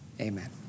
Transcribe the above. amen